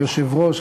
כיושב-ראש,